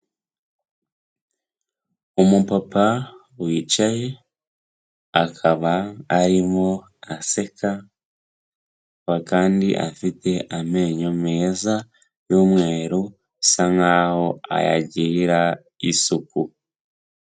Umupapa wicaye, akaba arimo aseka, akaba kandi afite amenyo meza y'umweru, asa nk'aho ayagirira isuku.